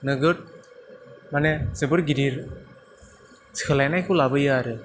नोगोद माने जोबोर गिदिर सोलायनायखौ लाबोयो आरो